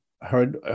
heard